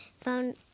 found